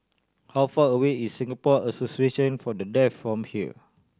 how far away is Singapore Association For The Deaf from here